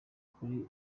kuri